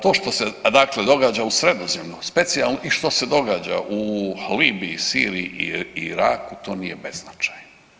To što se dakle događa u Sredozemlju specijalno i što se događa u Libiji, Siriji i Iraku to nije beznačajno.